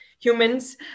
Humans